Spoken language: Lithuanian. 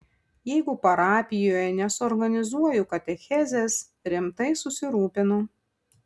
jeigu parapijoje nesuorganizuoju katechezės rimtai susirūpinu